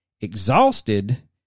Exhausted